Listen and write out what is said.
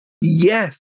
Yes